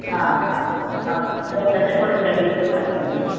ಹಾಂ ಹಾಂ ಹೌದು ಅದೆಲ್ಲ ಡೆಕೋರೇಷನಿಗೆ ಬೇಕಾಗ್ತದೆ